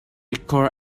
car